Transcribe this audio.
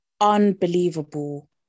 unbelievable